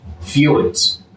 feelings